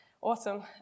Awesome